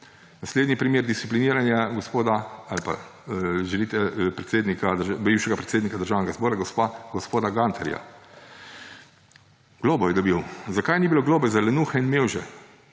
Naslednji primer discipliniranja gospoda ali pa, če želite, bivšega predsednika Državnega zbora gospoda Gantarja. Globo je dobil. Zakaj ni bilo globe za »lenuhe« in »mevže«?